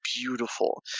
beautiful